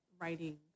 writing